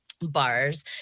bars